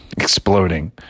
exploding